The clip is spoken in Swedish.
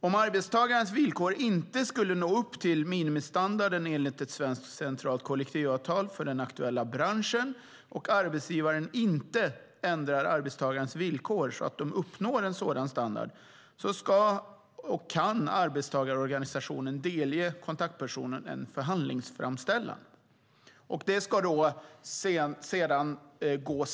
Om arbetstagarens villkor inte skulle nå upp till minimistandarden enligt ett svenskt, centralt kollektivavtal för den aktuella branschen och arbetsgivaren inte ändrar arbetstagarens villkor så att de uppnår en sådan standard ska och kan Arbetstagarorganisationen delge kontaktpersonen en förhandlingsframställan.